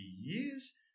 years